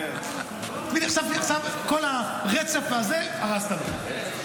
עכשיו כל הרצף הזה, הרסת לו.